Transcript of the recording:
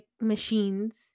machines